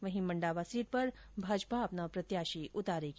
वहीं मंडावा सीट पर भाजपा अपना प्रत्याशी उतारेगी